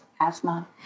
asthma